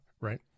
right